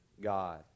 God